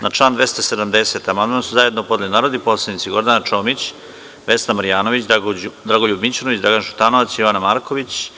Na član 270. amandman su zajedno podneli narodni poslanici Gordana Čomić, Vesna Marjanović, Dragoljub Mićunović, Dragan Šutanovac, Jovan Marković